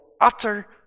utter